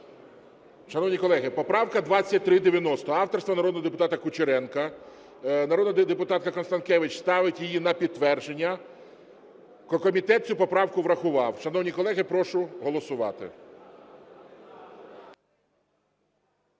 Шановні колеги, поправка 2390 авторства народного депутата Кучеренка, народна депутатка Констанкевич ставить її на підтвердження. Комітет цю поправку врахував. Шановні колеги, прошу голосувати.